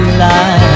life